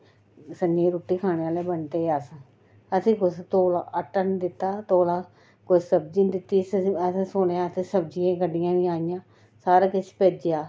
सं'ञें गी रुट्टी खानै आह्ले बनदे हे अस असें गी कुसै तोड़ा आटै दा निं दित्ता तोड़ा सब्जी निं दित्ती असें सुनेआ इत्थै सब्जियें दियां गड्डियां बी आइयां सारा किश भेजेआ